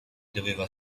doveva